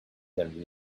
then